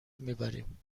میبریم